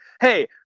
hey